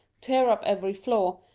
tear up every floor,